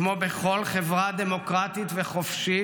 כמו בכל חברה דמוקרטית וחופשית,